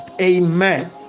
Amen